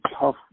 tough